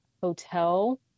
hotel